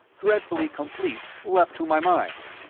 dreadfully complete, leapt to my mind.